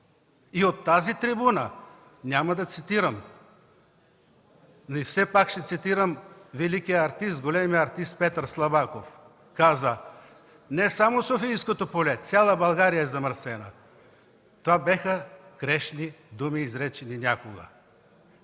И от тази трибуна, все пак ще цитирам великия артист, големия артист Петър Слабаков, казва: „Не само Софийското поле цяла България е замърсена”. Това бяха грешни думи, изречени някога.